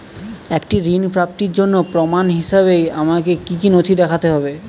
একটি ঋণ প্রাপ্তির জন্য প্রমাণ হিসাবে আমাকে কী কী নথি দেখাতে হবে?